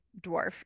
dwarf